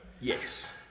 Yes